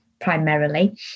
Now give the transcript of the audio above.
primarily